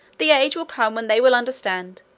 the age will come when they will understand,